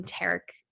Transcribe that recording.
enteric